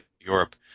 Europe